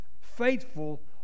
faithful